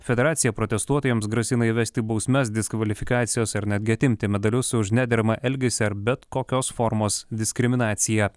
federacija protestuotojams grasina įvesti bausmes diskvalifikacijos ir netgi atimti medalius už nederamą elgesį ar bet kokios formos diskriminaciją